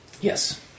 Yes